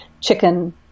chicken